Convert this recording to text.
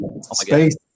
space